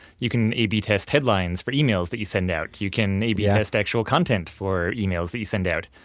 you can a b test headlines for emails that you send out. you can a b yeah test actual content for emails that you send out.